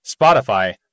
Spotify